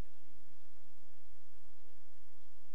לרבות הקמת קרן ייעודית שתעניק מענקים של מאות